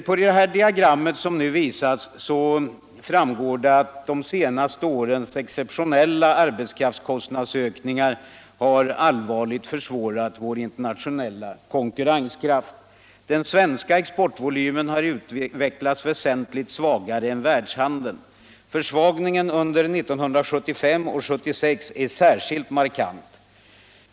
Av det diagram som nu visas framgår att de senaste årens exceptionella arbetskraftskostnadsökningar hett naturligt har försvagat vår internationella konkurrenskraft. Den svenska exportvolymen har utvecklats väsentligt svagare än världshandeln. Försvagningen under 1975 och 1976 är särskilt markant.